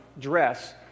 dress